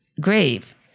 grave